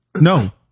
No